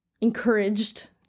encouraged